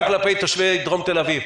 גם כלפי תושבי דרום תל אביב,